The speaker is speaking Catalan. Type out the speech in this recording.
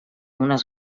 unes